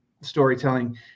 storytelling